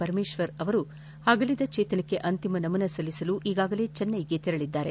ಪರಮೇಶ್ವರ್ ಅವರು ಅಗಲಿದ ಚೇತನಕ್ಕೆ ಅಂತಿಮ ನಮನ ಸಲ್ಲಿಸಲು ಈಗಾಗಲೇ ಚೆನ್ನೈಗೆ ತೆರಳಿದ್ದಾರೆ